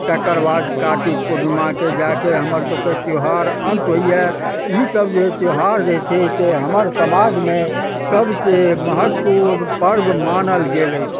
तकर बाद कार्तिक पूर्णिमाके जाके हमर सबके त्योहार अन्त होइए ई सब जे त्योहार जे छै से हमर समाजमे सबसँ महत्वपूर्ण पर्व मानल गेल अछि